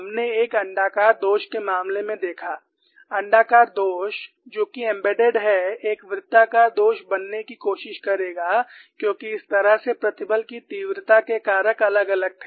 हमने एक अण्डाकार दोष के मामले में देखा अण्डाकार दोष जो कि एम्बेडेड है एक वृत्ताकार दोष बनने की कोशिश करेगा क्योंकि इस तरह से प्रतिबल की तीव्रता के कारक अलग अलग थे